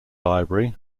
library